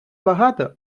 багато